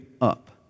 up